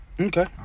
Okay